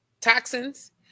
Toxins